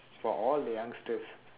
for all the youngsters